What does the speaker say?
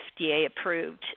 FDA-approved